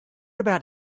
about